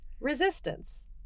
Resistance